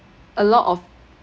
a lot of